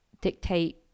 dictate